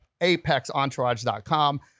apexentourage.com